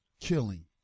killing